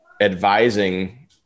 advising